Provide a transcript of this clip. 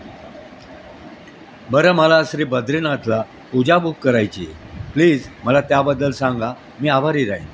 बरं मला श्री बद्रीनाथला पूजा बुक करायची आहे प्लीज मला त्याबद्दल सांगा मी आभारी राहीन